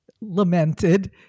lamented